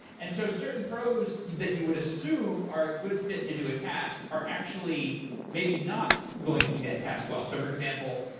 and so certain pros that you would assume are a good fit to do a task are actually maybe not going to do that task well. so for example,